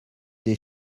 des